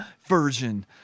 version